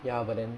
ya but then